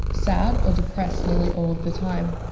sad, or depressed nearly all of the time.